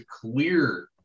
clear –